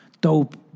dope